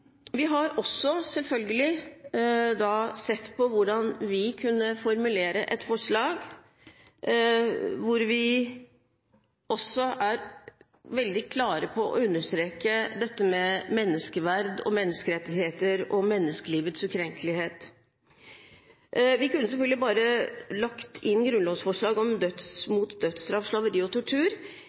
Vi har også selvfølgelig sett på hvordan vi kunne formulere et forslag hvor vi også er veldig klare på å understreke menneskeverd, menneskerettigheter og menneskelivets ukrenkelighet. Vi kunne selvfølgelig bare ha lagt inn grunnlovsforslag om forbud mot dødsstraff, slaveri og tortur,